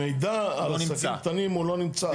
המידע על עסקים קטנים הוא לא נמצא.